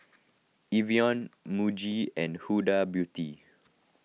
Evian Muji and Huda Beauty